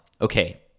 Okay